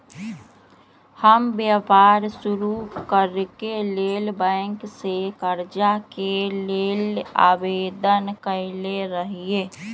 हम व्यापार शुरू करेके लेल बैंक से करजा के लेल आवेदन कयले रहिये